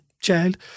child